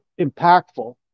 impactful